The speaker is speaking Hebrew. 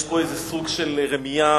יש פה איזה סוג של רמייה,